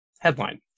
Headline